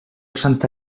santa